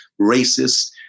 racist